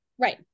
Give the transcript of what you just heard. Right